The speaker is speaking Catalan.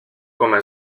coma